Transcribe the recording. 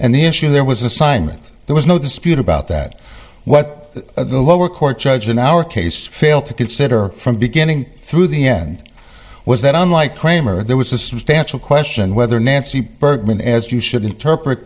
and the issue there was assignment there was no dispute about that what the lower court judge in our case failed to consider from beginning through the end was that unlike kramer there was a substantial question whether nancy bergman as you should interpret